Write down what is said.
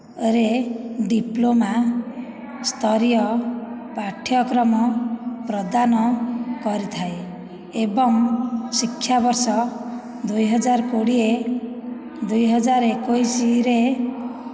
ରେ ଡିପ୍ଲୋମା ସ୍ତରୀୟ ପାଠ୍ୟକ୍ରମ ପ୍ରଦାନ କରିଥାଏ ଏବଂ ଶିକ୍ଷାବର୍ଷ ଦୁଇହଜାର କୋଡ଼ିଏ ଦୁଇହଜାର ଏକୋଇଶରେ